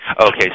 Okay